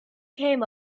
came